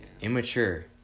immature